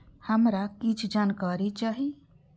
हमरा कीछ जानकारी चाही